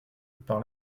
par